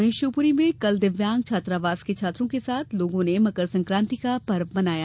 वहीं शिवपुरी में कल दिव्यांग छात्रावास के बच्चों के साथ लोगों ने मकरसंकाति का पर्व मनाया